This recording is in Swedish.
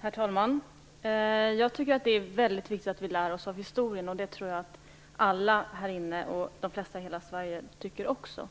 Herr talman! Jag tycker att det är väldigt viktigt att vi lär oss av historien. Det tror jag att alla här inne och de flesta i hela Sverige också